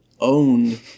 owned